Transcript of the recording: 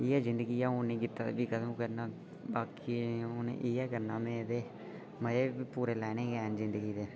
इ'यै जिन्दगी ऐ जे हून नेईं कीता फ्ही कदूं कीता हून इ'यै करना मीं ते मजे बी पूरे लैने न जिन्दगी दे